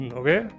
okay